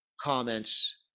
comments